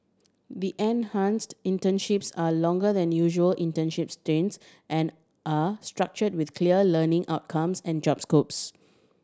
the enhanced internships are longer than usual internship stints and are structured with clear learning outcomes and job scopes